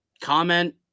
comment